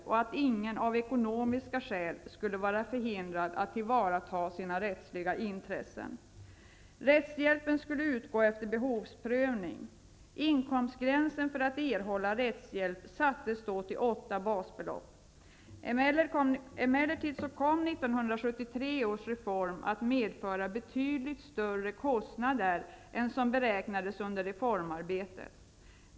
Ingen skulle av ekonomiska skäl vara förhindrad att tillvarata sina rättsliga intressen. Rättshjälpen skulle utgå efter behovsprövning. Inkomstgränsen för att erhålla rättshjälp sattes till 8 basbelopp. Emellertid kom 1973 års reform att medföra betydligt större kostnader än som beräknades under reformarbetet.